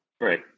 Right